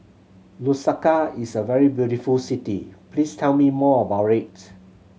Lusaka is a very beautiful city please tell me more about it